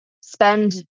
spend